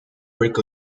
break